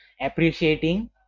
appreciating